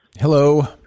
Hello